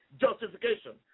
justification